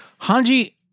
Hanji